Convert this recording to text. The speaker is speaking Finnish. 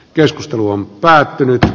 keskustelu on päättynyt